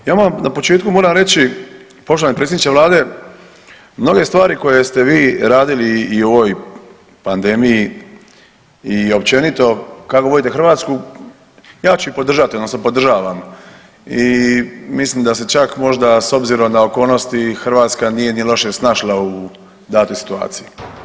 Ja moram na početku reći poštovani predsjedniče vlade, mnoge stvari koje ste vi radili i u ovoj pandemiji i općenito kako vodite Hrvatsku, ja ću podržati odnosno podržavam i mislim da se čak možda s obzirom na okolnosti Hrvatska nije ni loše snašla u datoj situaciji.